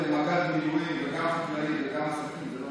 להיות מג"ד מילואים וגם חקלאי וגם עסקים,